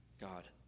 God